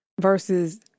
versus